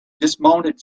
dismounted